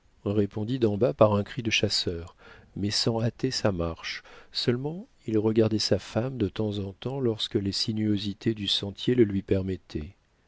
répondit d'en bas par un cri de chasseur mais sans hâter sa marche seulement il regardait sa femme de temps en temps lorsque les sinuosités du sentier le lui permettaient